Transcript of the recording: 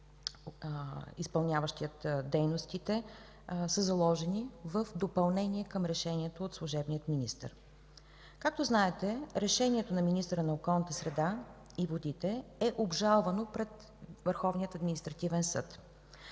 изпълняващия дейностите, са заложени в допълнение към решението от служебния министър. Както знаете, решението на министъра на околната среда и водите е обжалвано пред Върховния административен съд.